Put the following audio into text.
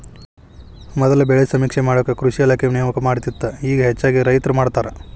ಮೊದಲ ಬೆಳೆ ಸಮೇಕ್ಷೆ ಮಾಡಾಕ ಕೃಷಿ ಇಲಾಖೆ ನೇಮಕ ಮಾಡತ್ತಿತ್ತ ಇಗಾ ಹೆಚ್ಚಾಗಿ ರೈತ್ರ ಮಾಡತಾರ